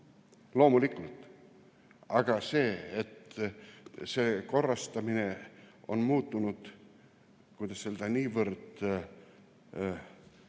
Loomulikult, aga see korrastamine on muutunud, kuidas öelda, niivõrd